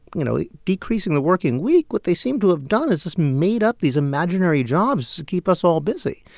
you know, decreasing the working week, what they seem to have done is just made up these imaginary jobs just to keep us all busy.